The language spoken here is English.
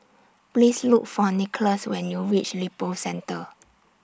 Please Look For Nicholaus when YOU REACH Lippo Centre